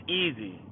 easy